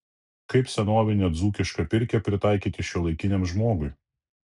kaip senovinę dzūkišką pirkią pritaikyti šiuolaikiniam žmogui